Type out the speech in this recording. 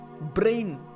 Brain